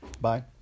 Bye